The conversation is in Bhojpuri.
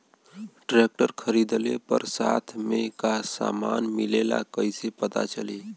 ट्रैक्टर खरीदले पर साथ में का समान मिलेला कईसे पता चली?